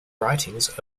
writings